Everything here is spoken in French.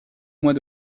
mois